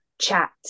chat